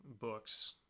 Books